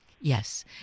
Yes